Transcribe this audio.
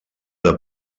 del